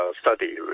study